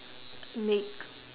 meek